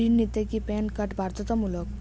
ঋণ নিতে কি প্যান কার্ড বাধ্যতামূলক?